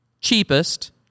cheapest